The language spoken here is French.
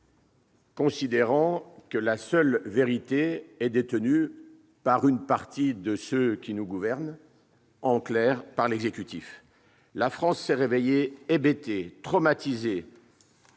considérant que la vérité était détenue par une partie de ceux qui nous gouvernent, et eux seuls- en clair, par l'exécutif. La France s'est réveillée hébétée, traumatisée